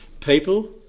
People